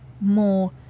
more